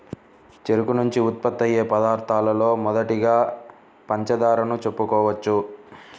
చెరుకు నుంచి ఉత్పత్తయ్యే పదార్థాలలో మొదటిదిగా పంచదారను చెప్పుకోవచ్చు